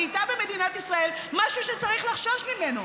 נהייתה במדינת ישראל משהו שצריך לחשוש ממנו,